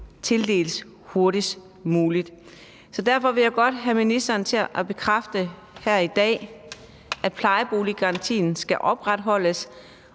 tildeles hurtigst muligt. Derfor vil jeg godt have ministeren til at bekræfte her i dag, at plejeboliggarantien skal opretholdes,